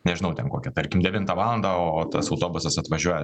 nežinau ten kokią tarkim devintą valandą o tas autobusas atvažiuoja